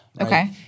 Okay